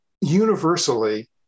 universally